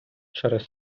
через